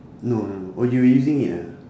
no no no oh you using it ah